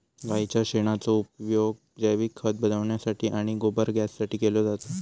गाईच्या शेणाचो उपयोग जैविक खत बनवण्यासाठी आणि गोबर गॅससाठी केलो जाता